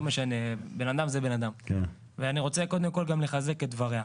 גם לחזק את דבריה.